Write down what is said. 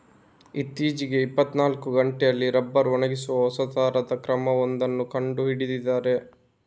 ಇತ್ತೀಚೆಗೆ ಇಪ್ಪತ್ತನಾಲ್ಕು ಗಂಟೆಯಲ್ಲಿ ರಬ್ಬರ್ ಒಣಗಿಸುವ ಹೊಸ ತರದ ಕ್ರಮ ಒಂದನ್ನ ಕಂಡು ಹಿಡಿದಿದ್ದಾರೆ